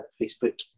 Facebook